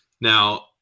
Now